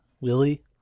Willie